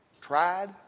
tried